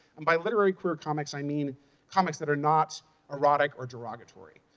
and by literary career comics, i mean comics that are not erotic or derogatory.